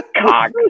Cock